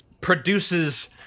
produces